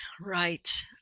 Right